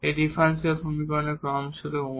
এই ডিফারেনশিয়াল সমীকরণের ক্রম ছিল 1